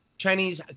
Chinese